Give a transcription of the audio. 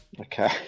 Okay